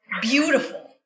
beautiful